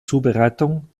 zubereitung